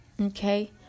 Okay